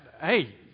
hey